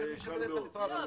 לא,